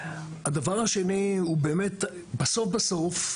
הדבר השני הוא באמת בסוף בסוף,